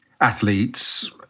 athletes